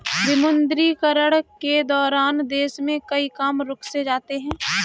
विमुद्रीकरण के दौरान देश में कई काम रुक से जाते हैं